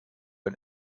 ein